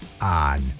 on